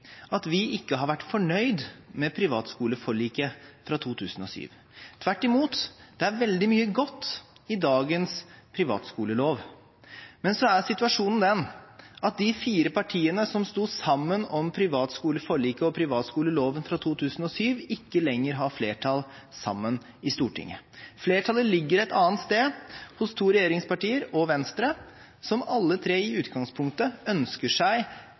at vi ikke har vært fornøyd med privatskoleforliket fra 2007. Tvert imot: Det er veldig mye godt i dagens privatskolelov, men så er situasjonen den at de fire partiene som sto sammen om privatskoleforliket og privatskoleloven fra 2007, ikke lenger har flertall sammen i Stortinget. Flertallet ligger et annet sted, hos to regjeringspartier og Venstre, som alle tre i utgangspunktet ønsker seg